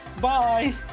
Bye